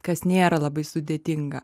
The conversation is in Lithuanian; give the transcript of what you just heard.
kas nėra labai sudėtinga